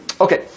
Okay